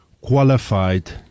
qualified